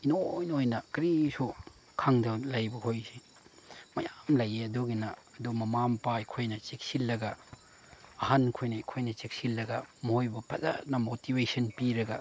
ꯏꯅꯣꯏ ꯅꯣꯏꯅ ꯀꯔꯤꯁꯨ ꯈꯪꯗ ꯂꯩꯕꯈꯣꯏꯁꯦ ꯃꯌꯥꯝ ꯂꯩꯌꯦ ꯑꯗꯨꯒꯤꯅ ꯑꯗꯨ ꯃꯃꯥ ꯃꯄꯥ ꯑꯩꯈꯣꯏꯅ ꯆꯦꯛꯁꯤꯜꯂꯒ ꯑꯍꯟꯈꯣꯏꯅ ꯑꯩꯈꯣꯏꯅ ꯆꯦꯛꯁꯤꯜꯂꯒ ꯃꯣꯏꯕꯨ ꯐꯖꯅ ꯃꯣꯇꯤꯚꯦꯁꯟ ꯄꯤꯔꯒ